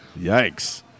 yikes